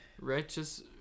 Righteous